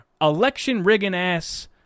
election-rigging-ass